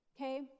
okay